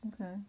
Okay